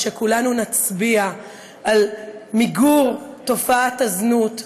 כשכולנו נצביע על מיגור תופעת הזנות,